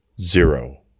zero